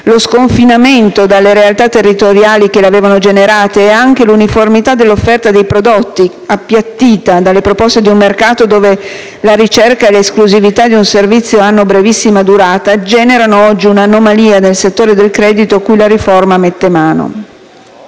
lo sconfinamento dalle realtà territoriali che le avevano generate ed anche l'uniformità dell'offerta dei prodotti, appiattita alle proposte di un mercato dove la ricerca e l'esclusività di un servizio hanno brevissima durata, generano oggi una anomalia nel settore del credito cui la riforma mette mano.